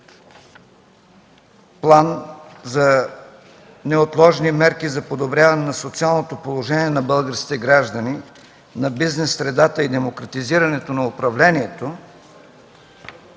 План за неотложни мерки за подобряване на социалното положение на българските граждани, на бизнес средата и демократизирането на управлението,